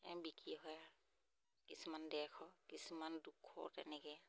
বিকি হয় আৰু কিছুমান দেৰশ কিছুমান দুশ তেনেকৈ